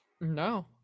No